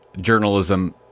journalism